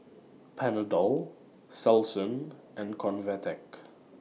Panadol Selsun and Convatec